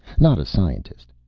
not a scientist.